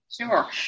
sure